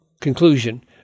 conclusion